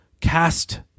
cast